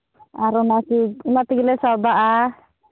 ᱟᱨ ᱚᱱᱟ ᱛᱮᱜᱮ ᱚᱱᱟ ᱛᱮᱜᱮ ᱞᱮ ᱥᱚᱭᱫᱟᱜᱼᱟ